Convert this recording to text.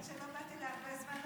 האמת היא שלא באתי להרבה זמן,